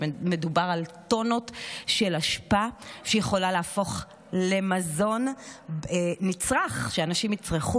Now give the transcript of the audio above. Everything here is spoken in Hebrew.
ומדובר על טונות של אשפה שיכולה להפוך למזון נצרך שאנשים יצרכו,